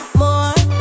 more